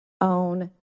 own